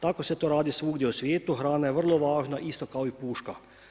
Tako se to radi svugdje u svijetu, hrana je vrlo važna, isto kao i puška.